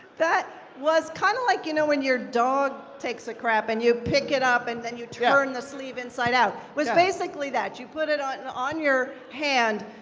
that was kind of like you know when your dog takes a crap and you pick it up and then you turn the sleeve inside out? it was basically that. you put it on on your hand,